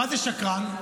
מהו שקרן?